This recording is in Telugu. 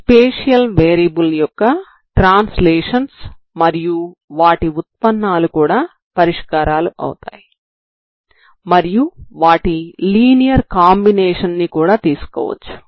స్పేషియల్ వేరియబుల్ యొక్క ట్రాన్స్లేషన్స్ మరియు వాటి ఉత్పన్నాలు కూడా పరిష్కారాలు అవుతాయి మరియు వాటి లీనియర్ కాంబినేషన్ ని కూడా తీసుకోవచ్చు